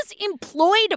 employed